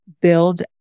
build